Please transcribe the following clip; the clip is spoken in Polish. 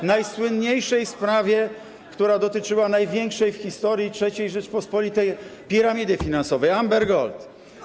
W najsłynniejszej sprawie, która dotyczyła największej w historii III Rzeczypospolitej piramidy finansowej, Amber Gold.